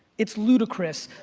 it's ludicrous,